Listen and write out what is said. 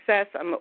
success